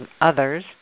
others